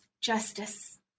justice